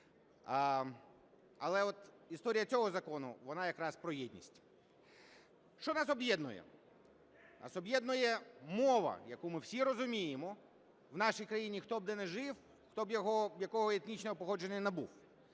Але от історія цього закону вона якраз про єдність. Що нас об'єднує? Нас об'єднує мова, яку ми всі розуміємо в нашій країні, хто б де не жив, хто б якого етнічного походження не був,